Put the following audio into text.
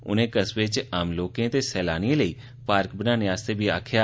उनें कस्बे च आम लोकें ते सैलानियें लेई पार्क बनाने आस्तै बी आक्खेया